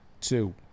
two